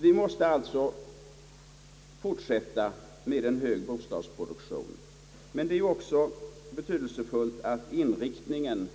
Vi måste alltså fortsätta med en hög bostadsproduktion, men det är också betydelsefullt att inriktningen